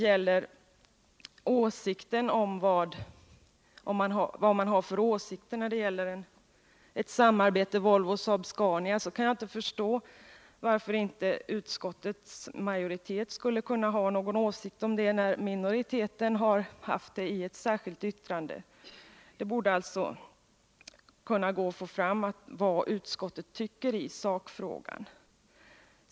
Men om han åsyftar samarbetet mellan Volvo och Saab-Scania kan jaginte förstå varför inte utskottets majoritet skulle kunna ha en åsikt om det samarbetet, när minoriteten har framfört sådana åsikter i ett särskilt yttrande. Det borde alltså kunna gå att få fram vad utskottet tycker i sakfrågan.